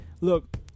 look